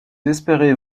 espéraient